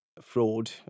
fraud